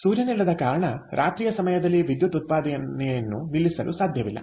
ಸೂರ್ಯನಿಲ್ಲದ ಕಾರಣ ರಾತ್ರಿಯ ಸಮಯದಲ್ಲಿ ವಿದ್ಯುತ್ ಉತ್ಪಾದನೆಯನ್ನು ನಿಲ್ಲಿಸಲು ಸಾಧ್ಯವಿಲ್ಲ